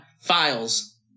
Files